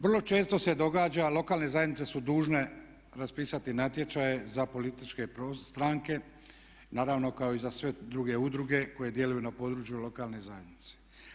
Vrlo često se događa, lokalne zajednice su dužne raspisati natječaje za političke stranke, naravno kao i za sve druge udruge koje djeluju na području lokalne zajednice.